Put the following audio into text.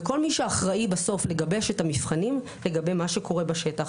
וכל מי שאחראי בסוף לגבש את המבחנים לגבי מה שקורה בשטח,